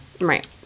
Right